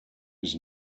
his